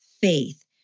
faith